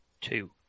Two